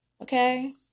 Okay